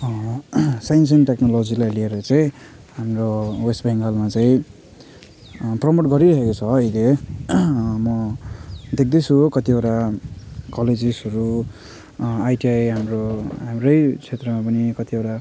science and टेक्नोलोजीलाई लिएर चाहिँ हाम्रो वेस्ट बेङ्गलमा चाहिँ प्रोमोट गरिरहेको छ अहिले म देख्दैछु कतिवटा कलेजेसहरू आइटिआई हाम्रो हाम्रै क्षेत्रमा पनि कतिवटा